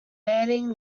banning